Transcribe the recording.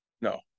No